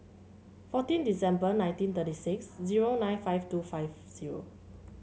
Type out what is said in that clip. fourteen December nineteen thirty six zero nine five two five zero